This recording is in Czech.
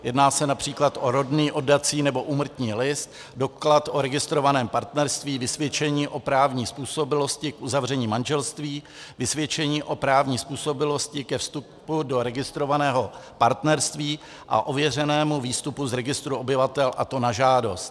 Jedná se například o rodný, oddací nebo úmrtní list, doklad o registrovaném partnerství, vysvědčení o právní způsobilosti k uzavření manželství, vysvědčení o právní způsobilosti ke vstupu do registrovaného partnerství a ověřenému výstupu z registru obyvatel, a to na žádost.